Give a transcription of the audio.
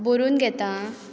बरोवन घेतां आं